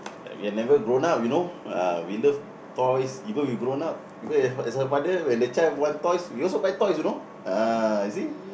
and we have never grown up you know uh we love toys even we grown up even as a as a father when the child want toys we also buy toys you know ah you see